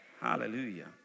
Hallelujah